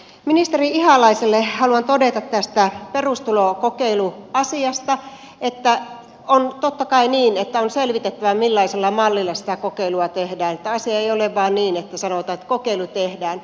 ministeri ihalaiselle haluan todeta tästä perustulokokeiluasiasta että on totta kai niin että on selvitettävä millaisella mallilla sitä kokeilua tehdään että asia ei ole vain niin että sanotaan että kokeilu tehdään